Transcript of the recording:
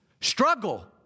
struggle